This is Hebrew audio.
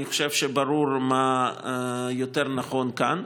אני חושב שברור מה יותר נכון כאן.